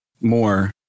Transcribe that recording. more